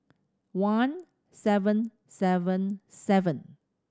one seven seven seven